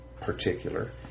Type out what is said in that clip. particular